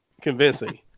convincing